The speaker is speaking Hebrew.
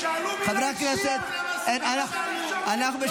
--- (קוראת בשם חבר הכנסת) ירון